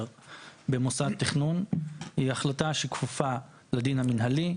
במוסדות תכנון היא החלטה שכפופה לדין המנהלי.